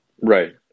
Right